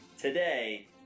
today